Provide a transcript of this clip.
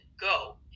Go